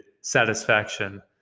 satisfaction